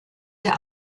der